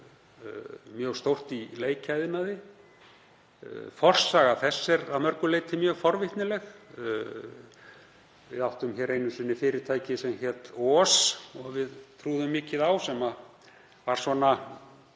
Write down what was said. mjög stórt í leikjaiðnaði. Forsaga þess er að mörgu leyti mjög forvitnileg. Við áttum hér einu sinni fyrirtæki sem hét Oz og við trúðum mikið á sem var mjög